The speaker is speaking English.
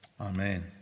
Amen